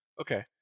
Okay